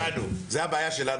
זו הבעיה שלנו.